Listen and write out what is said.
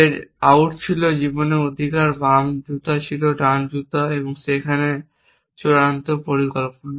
যে আউট ছিল জীবন অধিকার ছিল বাম জুতা ছিল ডান জুতা সেখানে চূড়ান্ত পরিকল্পনা